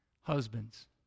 husbands